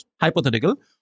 Hypothetical